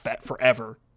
Forever